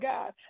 God